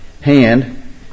hand